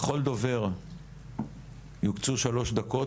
לכל דובר יוקצו שלוש דקות.